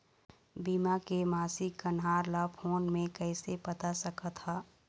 बीमा के मासिक कन्हार ला फ़ोन मे कइसे पता सकत ह?